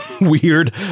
weird